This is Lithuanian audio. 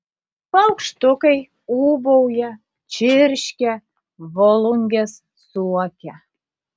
paukštukai ūbauja čirškia volungės suokia